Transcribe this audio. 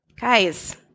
Guys